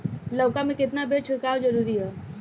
लउका में केतना बेर छिड़काव जरूरी ह?